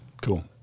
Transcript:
Cool